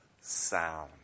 sound